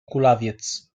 kulawiec